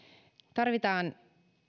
tarvitaan